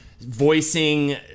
Voicing